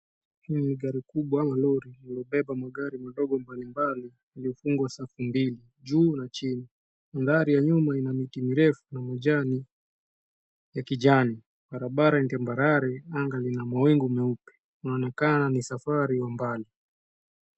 Hili ni gari kubwa la lori lililobeba magari madogo mbali mbali iliyofungwa safu mbili, juu na chini. Mandhari ya nyuma ina miti mirefu na majani ya kijani. Barabara ni tambarare, anga lina mawingu meupe. Inaonekana ni safari ya mbali.